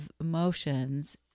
emotions